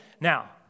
now